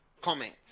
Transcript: comment